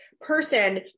person